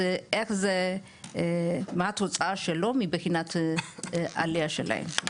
אז איך זה, מה התוצאה שלו מבחינת עלייה שלהם?